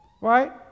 right